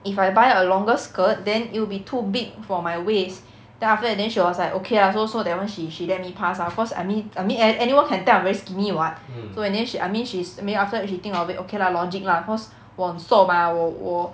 if I buy a longer skirt then it will be too big for my waist then after that then she was like okay lah so so that [one] she she let me passed cause I mean I mean a~ anyone can tell I'm very skinny what so in the end she I mean she's I mean after that she think of it okay lah logic lah cause 我很瘦 mah 我